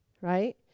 right